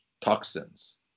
toxins